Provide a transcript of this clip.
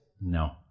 No